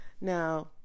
Now